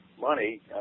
money